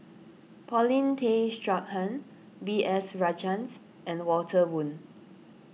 Paulin Tay Straughan B S Rajhans and Walter Woon